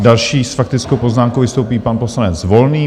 Další s faktickou poznámkou vystoupí pan poslanec Volný.